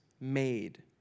made